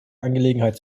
angelegenheit